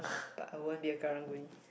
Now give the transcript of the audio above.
but I won't be a Karang-Guni